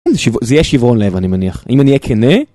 זה יהיה שברון לב אני מניח, אם אני אהיה כנה?